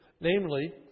Namely